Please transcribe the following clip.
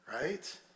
right